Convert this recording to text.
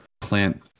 plant